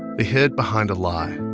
they hid behind a lie.